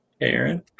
Aaron